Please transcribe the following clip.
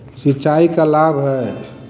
सिंचाई का लाभ है?